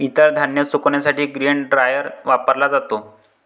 इतर धान्य सुकविण्यासाठी ग्रेन ड्रायर वापरला जातो